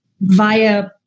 via